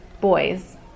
boys